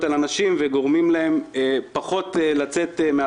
על אנשים והן גורמות להם לצאת פחות מהבית.